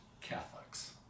catholics